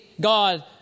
God